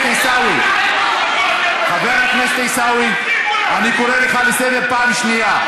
הכנסת עיסאווי, אני קורא אותך לסדר פעם שנייה.